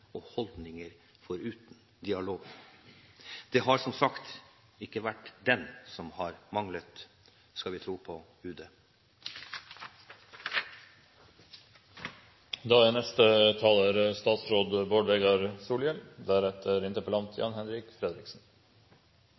og holdninger, foruten dialog – det har som sagt ikke vært den som har manglet, skal vi tro på